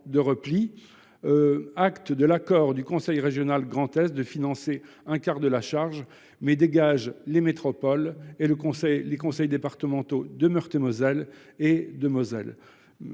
prend acte de l’accord du conseil régional Grand Est de financer un quart de la charge, mais dégage les métropoles et les conseils départementaux de Meurthe et Moselle et de Moselle.